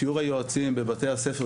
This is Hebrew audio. שיעור היועצים בבתי הספר,